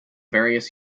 various